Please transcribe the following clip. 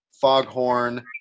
Foghorn